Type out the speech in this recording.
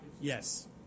Yes